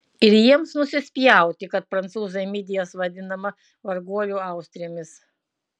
ir jiems nusispjauti kad prancūzai midijas vadinama varguolių austrėmis